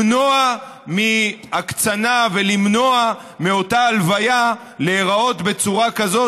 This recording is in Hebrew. למנוע הקצנה ולמנוע מאותה הלוויה להיראות בצורה כזאת,